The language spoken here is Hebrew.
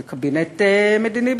זה קבינט מדיני-ביטחוני,